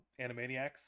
Animaniacs